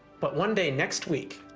but one day next week.